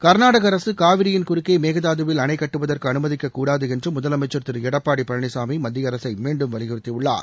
க்நாடக அரசு காவிரியின் குறுக்கே மேகதாது வில் அணைக்கட்டுவதற்கு அனுமதிக்கக்கூடாது என்று முதலமைச்சா் திரு எடப்பாடி பழனிசாமி மத்திய அரசை மீண்டும் வலியுறுத்தியுள்ளார்